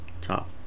top